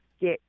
get